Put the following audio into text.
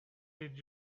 did